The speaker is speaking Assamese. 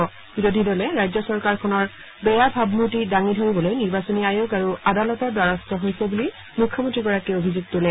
বিৰোধী দলে ৰাজ্য চৰকাৰখনৰ বেয়া ভাৱমূৰ্তি সৃষ্টি কৰিবলৈ নিৰ্বাচনী আয়োগ আৰু আদালতৰ দ্বাৰস্থ হৈছে বুলি মুখ্যমন্ত্ৰীগৰাকীয়ে অভিযোগ তোলে